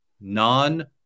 non